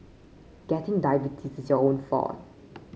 getting diabetes is your own fault